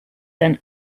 than